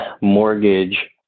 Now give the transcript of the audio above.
mortgage